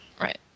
Right